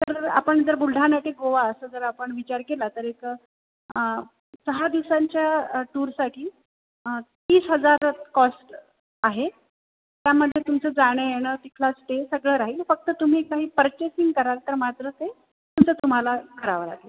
तर आपण जर बुलढाणा ते गोवा असं जर आपण विचार केला तर एक सहा दिवसांच्या टूरसाठी तीस हजार कॉस्ट आहे त्यामध्ये तुमचं जाणं येणं तिथला स्टे सगळं राहील फक्त तुम्ही काही पर्चेसिंग कराल तर मात्र ते तुमचं तुम्हाला करावं लागेल